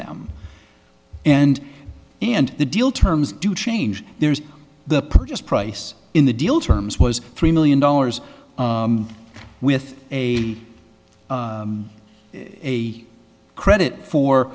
them and and the deal terms do change there's the purchase price in the deal terms was three million dollars with a a credit for